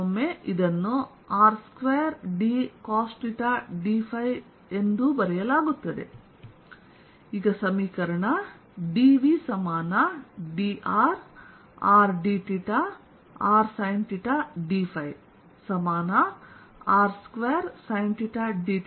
ಕೆಲವೊಮ್ಮೆ ಇದನ್ನು r2d cosθ dϕಎಂದೂ ಬರೆಯಲಾಗುತ್ತದೆ